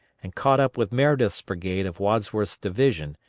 and caught up with meredith's brigade of wadsworth's division,